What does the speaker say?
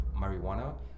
marijuana